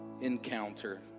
encounter